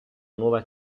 nuova